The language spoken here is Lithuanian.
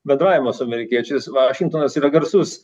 bendravimo su amerikiečiais vašingtonas yra garsus